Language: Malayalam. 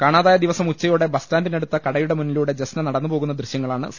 കാണാതായ ദിവസം ഉച്ചയോടെ ബസ് സ്റ്റാന്റിന ടുത്ത കടയുടെ മുന്നിലൂടെ ജസ്ന നടന്ന് പോകുന്ന ദൃശ്യങ്ങ ളാണ് സി